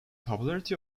popularity